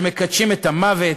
שמקדשים את המוות,